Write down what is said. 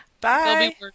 Bye